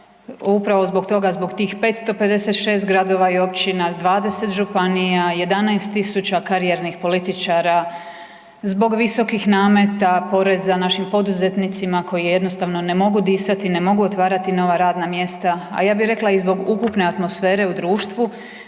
upravo zbog toga, zbog tih 556 gradova i općina, 20 županija, 11 tisuća karijernih političara, zbog visokih nameta, poreza našim poduzetnicima koji jednostavno ne mogu disati, ne mogu otvarati nova radna mjesta, a ja bih rekla i zbog ukupne atmosfere u društvu,